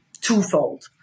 twofold